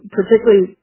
Particularly